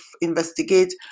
investigate